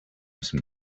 some